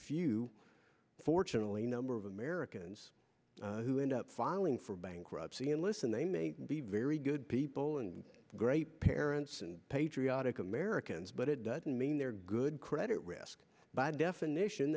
few fortunately number of americans who end up filing for bankruptcy and listen they may be very good people and great parents and patriotic americans but it doesn't mean they're good credit risk by definition